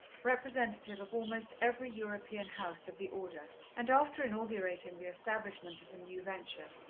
representative of almost every european house of the order, and after inaugurating the establishment of the new venture,